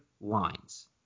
lines